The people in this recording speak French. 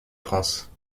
france